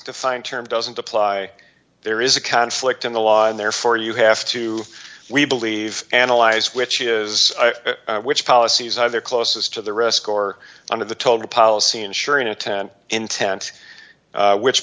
defined term doesn't apply there is a conflict in the law and therefore you have to we believe analyze which is which policies either close as to the risk or under the told policy insuring a ten intent which